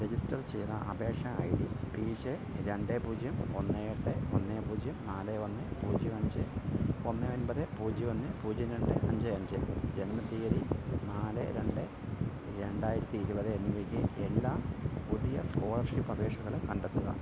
register ചെയ്ത അപേക്ഷ I D P J രണ്ട് പൂജ്യം ഒന്ന് എട്ട് ഒന്ന് പൂജ്യം നാല് ഒന്ന് പൂജ്യം അഞ്ച് ഒന്ന് ഒൻപത് പൂജ്യം ഒന്ന് പൂജ്യം രണ്ട് അഞ്ച് അഞ്ച് ജനന തീയതി നാല് രണ്ട് രണ്ടായിരത്തി ഇരുപത് എന്നിവയ്ക്ക് എല്ലാ പുതിയ സ്കോളർഷിപ്പ് അപേക്ഷകളും കണ്ടെത്തുക